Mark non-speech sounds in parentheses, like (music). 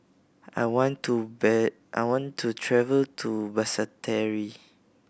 I want to (unintelligible) I want to travel to Basseterre